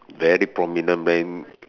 very prominent name